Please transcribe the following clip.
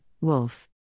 Wolf